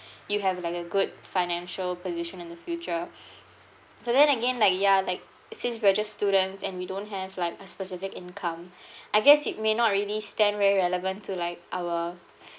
you have like a good financial position in the future but then again like ya like since we're just students and we don't have like a specific income I guess it may not really stand very relevant to like our